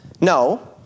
No